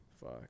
fuck